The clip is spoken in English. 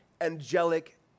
angelic